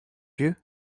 you